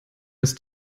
ist